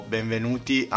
Benvenuti